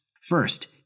First